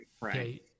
right